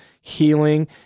healing